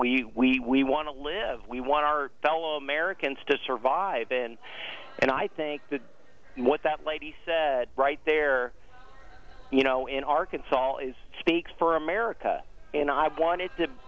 that we want to live we want our fellow americans to survive in and i think that what that lady said right there you know in arkansas is speaks for america and i wanted to